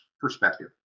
perspective